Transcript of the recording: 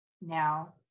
now